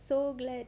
so glad